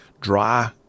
dry